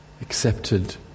accepted